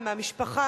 מהמשפחה,